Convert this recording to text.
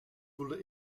voelde